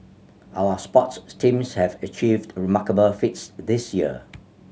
our sports teams have achieved remarkable feats this year